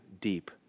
deep